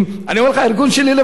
אני מדבר במלוא הרצינות.